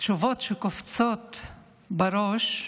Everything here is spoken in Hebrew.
תשובות שקופצות בראש,